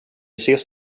ses